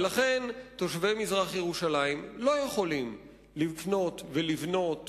ולכן, תושבי מזרח-ירושלים לא יכולים לקנות ולבנות